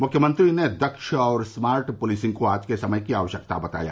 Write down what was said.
मुख्यमंत्री ने दक्ष और स्मार्ट पुलिसिंग को आज के समय की आवश्यकता बताया